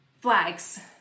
flags